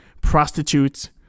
prostitutes